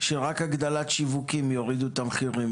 שרק הגדלת שיווקים תוריד את המחירים,